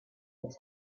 auch